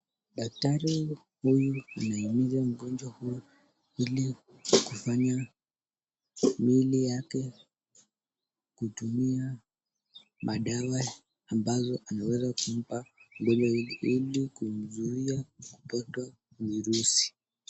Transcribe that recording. Daktari huyu ana imiza mgonjwa huyu ili kufanya mwili wake kutumia madawa ambazo anaweza kumpa mgonjwa huyu ili kumzuia kupata virusi.